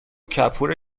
کپور